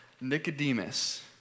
Nicodemus